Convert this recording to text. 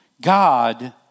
God